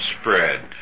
spread